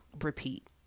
repeat